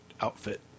outfit